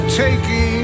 taking